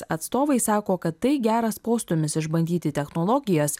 atstovai sako kad tai geras postūmis išbandyti technologijas